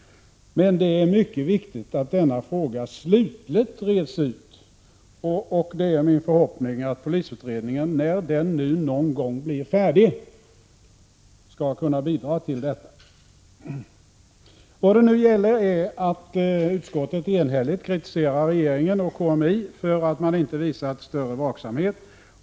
Det är dock mycket viktigt att denna fråga slutligt reds ut. Det är min förhoppning att polisutredningen — när den nu någon gång blir färdig — skall kunna bidra till detta. Vad det nu gäller är att utskottet enhälligt kritiserar regeringen och KMI för att man inte visat större vaksamhet.